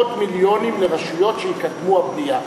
מאות מיליונים לרשויות שיקדמו בנייה.